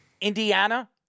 Indiana